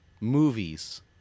movies